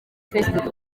facebook